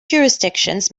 jurisdictions